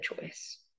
choice